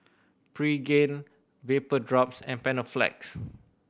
Pregain Vapodrops and Panaflex